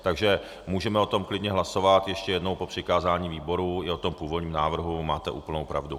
Takže můžeme o tom klidně hlasovat ještě jednou o přikázání výboru i o tom původním návrhu, máte úplnou pravdu.